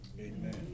Amen